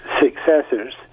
successors